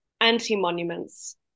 anti-monuments